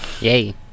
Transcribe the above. Yay